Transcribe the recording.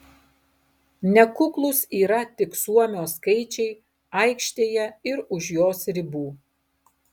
nekuklūs yra tik suomio skaičiai aikštėje ir už jos ribų